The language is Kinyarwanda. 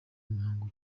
imihango